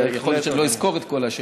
יכול להיות שאני לא אזכור את כל השאלות.